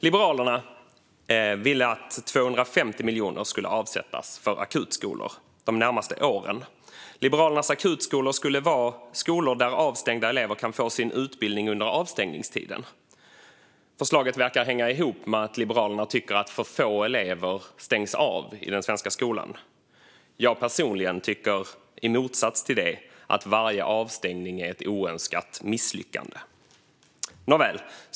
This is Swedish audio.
Liberalerna ville att 250 miljoner skulle avsättas för akutskolor de närmaste åren. Liberalernas akutskolor skulle vara skolor där avstängda elever kan få sin utbildning under avstängningstiden. Förslaget verkar hänga ihop med att Liberalerna tycker att för få elever stängs av i den svenska skolan. Jag personligen tycker, i motsats till detta, att varje avstängning är ett oönskat misslyckande. Nåväl!